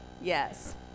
yes